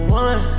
one